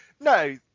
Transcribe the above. No